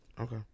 Okay